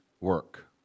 work